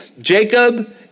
Jacob